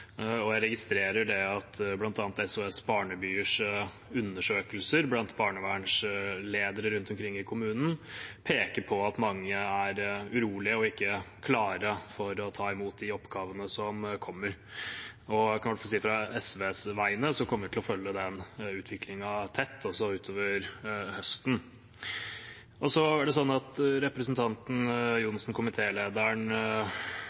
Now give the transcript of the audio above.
og jeg registrerer at bl.a. SOS-barnebyers undersøkelser blant barnevernsledere rundt omkring i kommunene peker på at mange er urolige og ikke klare for å ta imot de oppgavene som kommer. Jeg kan i hvert fall si at vi fra SVs side kommer til å følge den utviklingen tett, også utover høsten. Representanten Johnsen, komitélederen, nevnte endringene som regjeringspartiene og Fremskrittspartiet foreslår når det